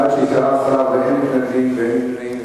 בעד, 16, אין מתנגדים ואין נמנעים.